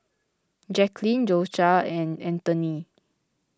Jacklyn Dosha and Antoine